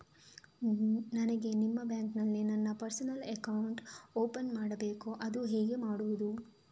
ನನಗೆ ನಿಮ್ಮ ಬ್ಯಾಂಕಿನಲ್ಲಿ ನನ್ನ ಪರ್ಸನಲ್ ಅಕೌಂಟ್ ಓಪನ್ ಮಾಡಬೇಕು ಅದು ಹೇಗೆ ಮಾಡುವುದು?